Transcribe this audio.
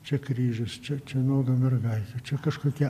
čia kryžius čia čia nuoga mergaitė čia kažkokie